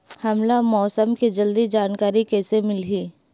हमला मौसम के जल्दी जानकारी कइसे मिलही?